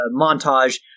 montage